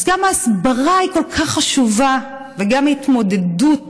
אז גם ההסברה כל כך חשובה וגם ההתמודדות